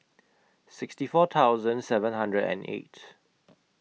sixty four thousand seven hundred and eight